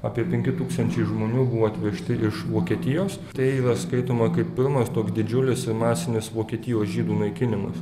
apie penki tūkstančiai žmonių buvo atvežti iš vokietijos tai yra skaitoma kaip pirmas toks didžiulis masinis vokietijos žydų naikinimas